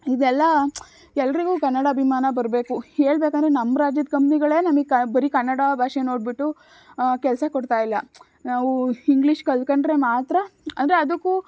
ಇದೆಲ್ಲ ಎಲ್ಲರಿಗು ಕನ್ನಡಾಭಿಮಾನ ಬರಬೇಕು ಹೇಳಬೇಕಂದ್ರೆ ನಮ್ಮ ರಾಜ್ಯದ ಕಂಪ್ನಿಗಳೇ ನಮಿಗೆ ಕ ಬರಿ ಕನ್ನಡ ಭಾಷೆ ನೋಡಿಬಿಟ್ಟು ಕೆಲಸ ಕೊಡ್ತಾ ಇಲ್ಲ ನಾವು ಇಂಗ್ಲೀಷ್ ಕಲ್ತ್ಕಂಡ್ರೆ ಮಾತ್ರ ಅಂದರೆ ಅದಕ್ಕೂ